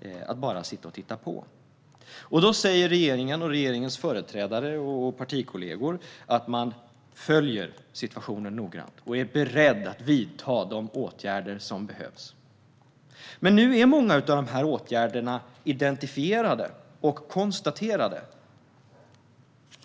Man kan inte bara sitta och titta på. Regeringens företrädare och partikollegor säger att man följer situationen noga och är beredd att vidta de åtgärder som behövs. Nu är många av dessa åtgärder identifierade och konstaterade,